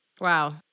Wow